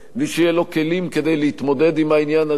בלי שיהיו לו כלים כדי להתמודד עם העניין הזה,